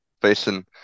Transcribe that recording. facing